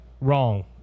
wrong